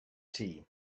tea